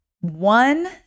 One